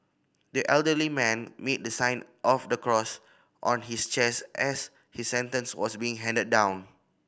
the elderly man made the sign of the cross on his chest as his sentence was being handed down